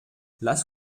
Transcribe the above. lass